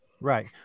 Right